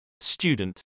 student